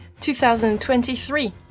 2023